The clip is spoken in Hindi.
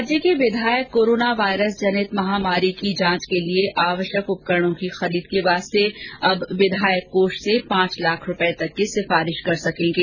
राज्य के विधायक कोरोना वायरस जनित महामारी की जांच के लिए आवश्यक उपकरणो की खरीद के लिए अब विधायक कोष से पांच लाख रूपये तक अनुशंषा कर सकेंगे